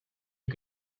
you